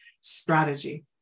strategy